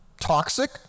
toxic